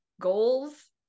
goals